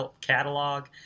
catalog